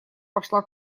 пошла